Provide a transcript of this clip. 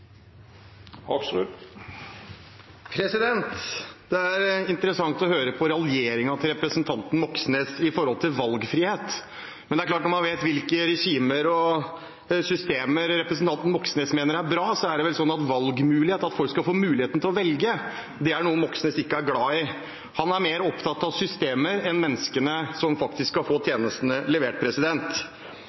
USA. Det er interessant å høre på raljeringen til representanten Moxnes om valgfrihet, men det er klart at når man vet hvilke regimer og systemer representanten Moxnes mener er bra, er det vel sånn at valgmulighet – at folk skal få mulighet til å velge – er noe Moxnes ikke er glad i. Han er mer opptatt av systemer enn av menneskene som skal få tjenestene levert.